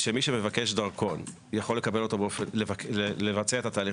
שמי שמבקש דרכון יכול לבצע את התהליך